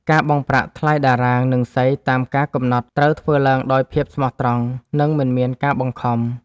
ការបង់ប្រាក់ថ្លៃតារាង និងសីតាមការកំណត់ ត្រូវធ្វើឡើងដោយភាពស្មោះត្រង់ និងមិនមានការបង្ខំ។